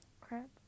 crap